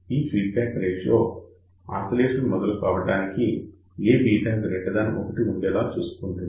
ఈ feedback ratio oscillation మొదలవటానికి Aβ 1 ఉండేలా చూసుకుంటుంది